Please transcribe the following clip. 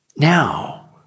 now